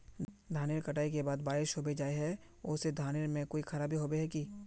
धानेर कटाई के बाद बारिश होबे जाए है ओ से धानेर में कोई खराबी होबे है की?